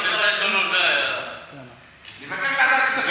נבקש ועדת כספים.